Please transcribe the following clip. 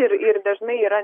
ir ir dažnai yra